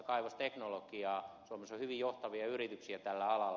suomessa on hyvin johtavia yrityksiä tällä alalla